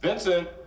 Vincent